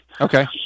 Okay